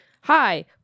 hi